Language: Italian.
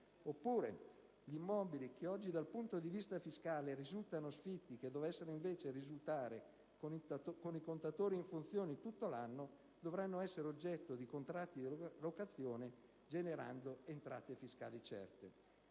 Oppure, gli immobili che oggi dal punto di vista fiscale risultano sfitti, che dovessero invece risultare con i contatori in funzione tutto l'anno, dovranno essere oggetto di contratti di locazione generando entrate fiscali certe.